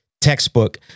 textbook